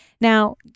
Now